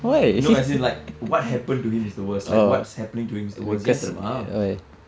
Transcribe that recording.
no as in like what happened to him is the worst like what's happening to him is the worse ஏன் தெரியுமா:aen theyiumma